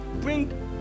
bring